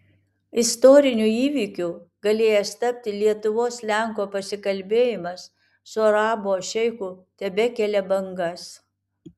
istoriniu įvykiu galėjęs tapti lietuvos lenko pasikalbėjimas su arabų šeichu tebekelia bangas